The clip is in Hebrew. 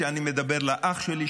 שאני מדבר אל האח שלי,